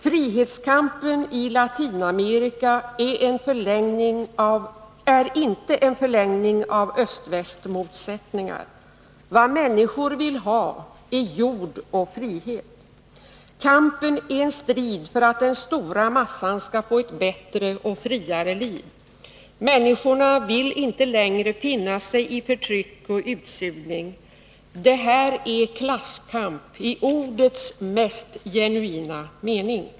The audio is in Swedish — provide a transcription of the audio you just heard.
Frihetskampen i Latinamerika är inte en förlängning av öst-väst-motsättningar. Vad människor vill ha är jord och frihet. Kampen är en strid för att den stora massan skall få ett bättre och friare liv. Människorna vill inte längre finna sig i förtryck och utsugning. Detta är klasskamp i ordets mest genuina mening.